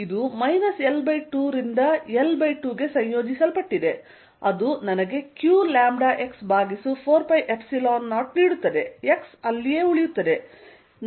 ಇದು L2 ರಿಂದ L2 ಗೆ ಸಂಯೋಜಿಸಲ್ಪಟ್ಟಿದೆ ಅದು ನನಗೆ qλx4π0 ನೀಡುತ್ತದೆ x ಅಲ್ಲಿಯೇ ಉಳಿಯುತ್ತದೆ